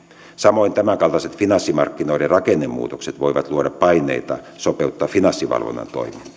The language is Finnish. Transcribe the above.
samoin tämänkaltaiset finanssimarkkinoiden rakennemuutokset voivat luoda paineita sopeuttaa finanssivalvonnan toimintaa